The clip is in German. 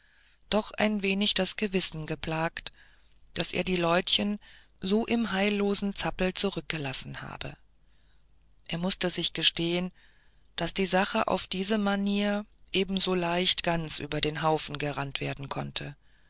doch ein wenig das gewissen geschlagen daß er die leutchen so im heillosen zappel zurückgelassen habe er mußte sich gestehen daß die sache auf diese manier ebenso leicht ganz über den haufen gerannt werden konnte